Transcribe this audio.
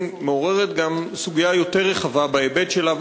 מעוררת גם סוגיה יותר רחבה בהיבט שלה,